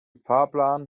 fahrplan